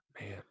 Man